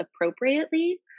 appropriately